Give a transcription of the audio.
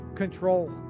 control